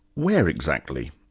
where, exactly?